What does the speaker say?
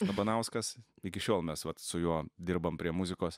labanauskas iki šiol mes vat su juo dirbam prie muzikos